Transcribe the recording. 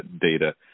data